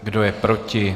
Kdo je proti?